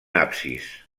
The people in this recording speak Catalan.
absis